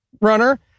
runner